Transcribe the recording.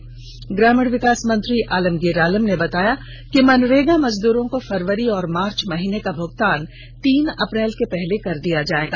इस दौरान ग्रामीण विकास मंत्री आलमगीर आलम ने बताया कि मनरेगा मजदूरों को फरवरी और मार्च महीने का भुगतान तीन अप्रैल के पहले कर दिया जाएगा